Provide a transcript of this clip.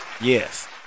yes